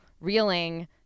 reeling